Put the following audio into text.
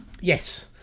Yes